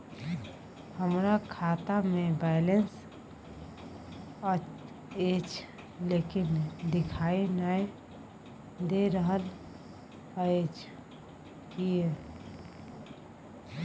हमरा खाता में बैलेंस अएछ लेकिन देखाई नय दे रहल अएछ, किये?